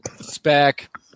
Spec